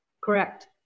correct